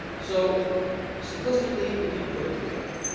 so simplestically we can put it together,